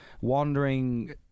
Wandering